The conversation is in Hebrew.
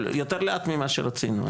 אבל יותר לאט ממה שרצינו.